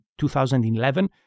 2011